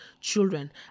children